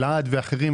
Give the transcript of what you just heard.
אלעד ואחרים,